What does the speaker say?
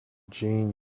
jane